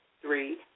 three